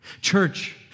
Church